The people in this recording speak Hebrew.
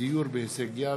דיור בהישג יד)